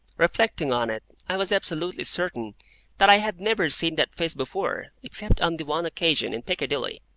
reflecting on it, i was absolutely certain that i had never seen that face before, except on the one occasion in piccadilly.